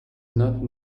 not